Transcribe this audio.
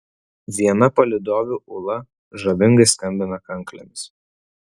viena palydovių ula žavingai skambina kanklėmis